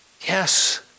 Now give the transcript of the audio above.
Yes